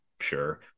sure